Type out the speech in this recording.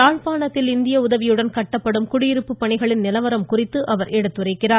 யாழ்ப்பாணத்தில் இந்திய உதவியுடன் கட்டப்படும் குடியிருப்பு பணிகளின் நிலவரம் குறித்து அவர் எடுத்துரைக்கிறார்